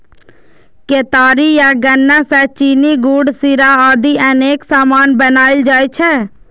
केतारी या गन्ना सं चीनी, गुड़, शीरा आदि अनेक सामान बनाएल जाइ छै